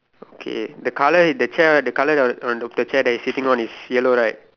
okay the colour the chair the colour that on on the chair he is sitting on is yellow right